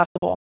possible